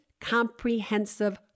comprehensive